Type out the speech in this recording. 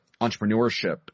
entrepreneurship